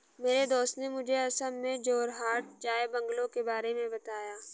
मेरे दोस्त ने मुझे असम में जोरहाट चाय बंगलों के बारे में बताया